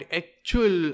actual